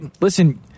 listen –